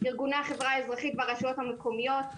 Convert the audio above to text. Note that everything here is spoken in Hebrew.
ארגוני החברה האזרחית והרשויות המקומיות.